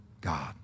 God